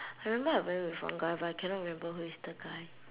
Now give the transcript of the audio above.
I remember I went with one guy but I cannot remember who's the guy